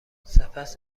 سپس